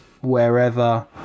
wherever